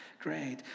great